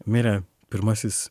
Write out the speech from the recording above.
mirė pirmasis